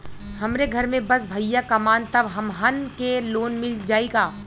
हमरे घर में बस भईया कमान तब हमहन के लोन मिल जाई का?